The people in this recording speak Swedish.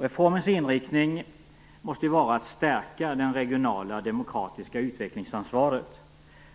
Reformens inriktning måste vara att stärka det regionala demokratiska utvecklingsansvaret